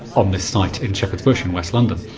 on this site in shepherd's bush in west london.